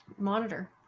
monitor